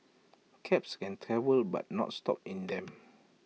cabs can travel but not stop in them